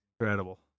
Incredible